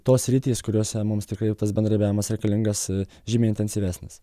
tos sritys kuriose mums tikrai tas bendravimas reikalingas žymiai intensyvesnis